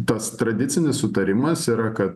tas tradicinis sutarimas yra kad